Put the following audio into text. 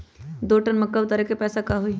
दो टन मक्का उतारे के पैसा का होई?